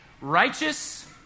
Righteous